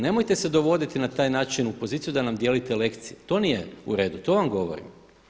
Nemojte se dovoditi na taj način u poziciju da nam dijelite lekcije, to nije u redu, to vam govorim.